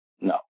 No